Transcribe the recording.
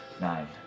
Nine